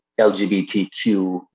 LGBTQ